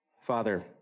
Father